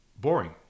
boring